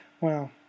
Wow